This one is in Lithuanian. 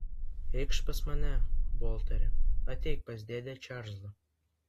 eikš pas mane volteri ateik pas dėdę čarlzą